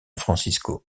francisco